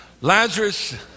Lazarus